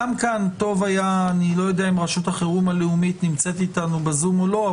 אני לא יודע אם רשות החירום הלאומית נמצאת אתנו בזום או לא,